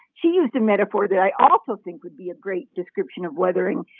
she used a metaphor that i also think would be a great description of weathering.